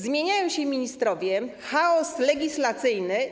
Zmieniają się ministrowie, mamy chaos legislacyjny.